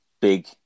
big